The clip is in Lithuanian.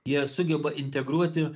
jie sugeba integruoti